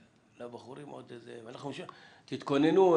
תתכוננו,